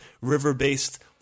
river-based